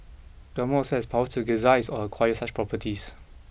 government also has powers to gazette or acquire such properties